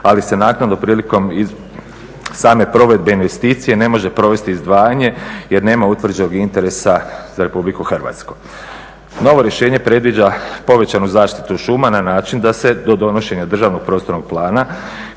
ali se naknadno prilikom same provedbe investicije ne može provesti izdvajanje jer nema utvrđenog interesa za RH. Novo rješenje predviđa povećanu zaštitu šuma na način da se do donošenja državnog prostornog plana